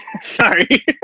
Sorry